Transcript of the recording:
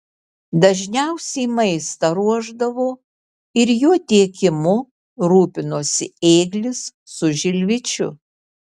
dažniausiai maistą ruošdavo ir jo tiekimu rūpinosi ėglis su žilvičiu